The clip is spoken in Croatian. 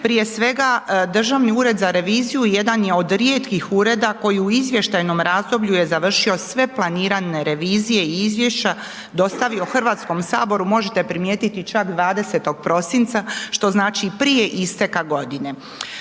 Prije svega Državni ured za reviziju jedan je od rijetkih ureda koji u izvještajnom razdoblju je završio sve planirane revizije i izvješća dostavio Hrvatskom saboru, možete primijetiti čak 20. prosinca, što znači i prije isteka godine.